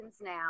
now